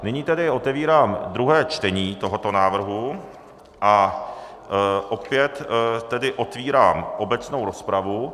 Nyní tedy otevírám druhé čtení tohoto návrhu a opět tedy otevírám obecnou rozpravu.